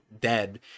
dead